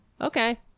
okay